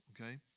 Okay